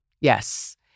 Yes